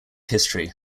history